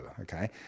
okay